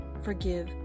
forgive